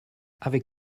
avec